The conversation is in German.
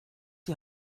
die